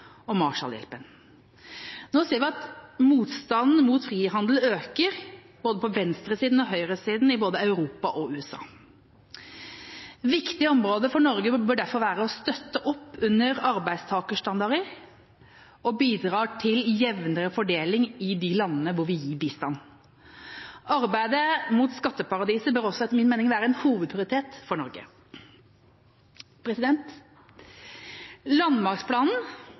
og Marshallhjelpen. Nå ser vi at motstanden mot frihandel øker på både venstresiden og høyresiden i både Europa og USA. Viktige områder for Norge bør derfor være å støtte opp under arbeidstakerstandarder og å bidra til jevnere fordeling i de landene hvor vi gir bistand. Arbeidet mot skatteparadiser bør også etter min mening være en hovedprioritet for Norge. Landmaktplanen